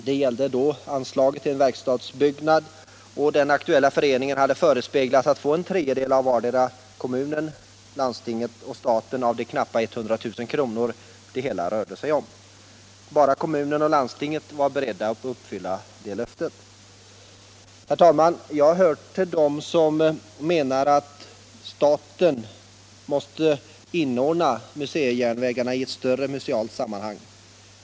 Det gällde då anslag till en verkstadsbyggnad, och den aktuella föreningen hade förespeglats att få en tredjedel vardera av kommunen, landstinget och staten av de knappa 90 000 kr. det hela rörde sig om. Bara kommunen och landstinget var beredda att uppfylla det löftet. Herr talman! Jag hör till dem som menar att staten måste inordna museijärnvägarna i ett större musealt sammanhang.